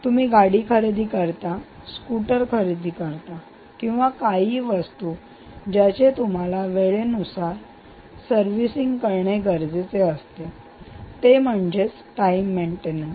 तुम्ही गाडी खरेदी करता तुम्ही स्कूटर खरेदी करता किंवा काहीही वस्तू ज्याचे तुम्हाला वेळेनुसार त्या वाहनाचे सर्विसिंग करणे गरजेचे असते ते म्हणजेच टाईम मेंटेनन्स